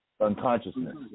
unconsciousness